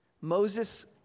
Moses